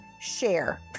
share